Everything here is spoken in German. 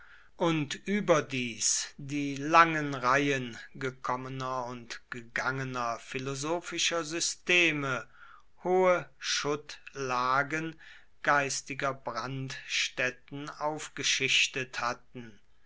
und überdies die langen reihen gekommener und gegangener philosophischer systeme hohe schuttlagen geistiger brandstätten aufgeschichtet hatten